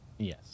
Yes